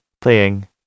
playing